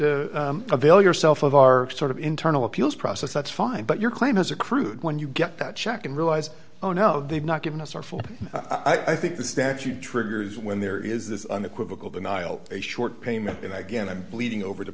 to avail yourself of our sort of internal appeals process that's fine but your claim has accrued when you get that check and realize oh no they've not given us our full i think the statute triggers when there is this unequivocal denial a short payment and again i'm bleeding over t